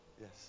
Yes